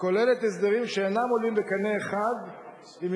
כוללת הסדרים שאינם עולים בקנה אחד עם